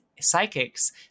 psychics